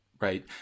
Right